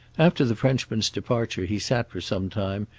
after the frenchman's departure he sat for some time,